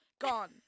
Gone